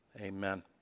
Amen